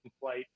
flight